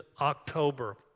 October